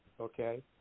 okay